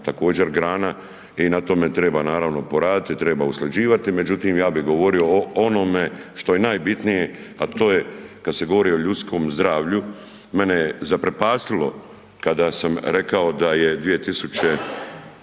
također grana i na tome treba naravno poraditi, treba usklađivati. Međutim, ja bi govorio o onome što je najbitnije, a to je kad se govori o ljudskom zdravlju mene je zaprepastilo kada sam rekao da je 2015.